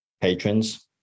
patrons